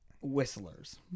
Whistlers